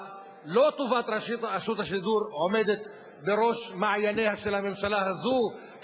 לא טובת רשות השידור עומדת בראש מעייניה של הממשלה הזאת,